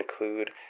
include